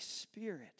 Spirit